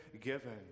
given